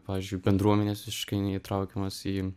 pavyzdžiui bendruomenės visiškai neįtraukiamos į